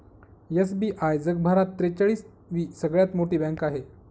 SBI जगभरात त्रेचाळीस वी सगळ्यात मोठी बँक आहे